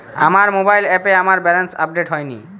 আমার মোবাইল অ্যাপে আমার ব্যালেন্স আপডেট হয়নি